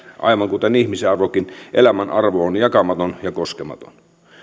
aivan kuten ihmisenkin arvo elämän arvo on jakamaton ja koskematon